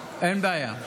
אין בעיה.